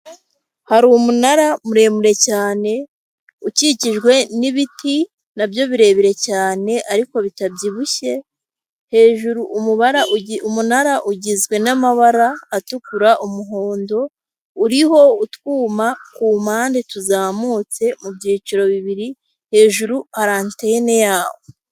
Hari umunara muremure cyane ukikijwe n'ibiti na byo birebire cyane ariko bitabyibushye, hejuru umunara ugizwe n'amabara atukura, umuhondo. Uriho utwuma ku mpande tuzamutse mu byiciro bibiri hejuru hari antene yawo.